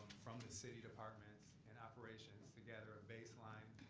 from the city departments, and operations, to gather a baseline.